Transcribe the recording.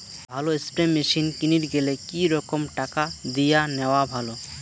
ভালো spray machine কিনির গেলে কি রকম টাকা দিয়া নেওয়া ভালো?